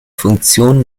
funktion